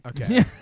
Okay